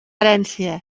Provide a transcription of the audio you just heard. herència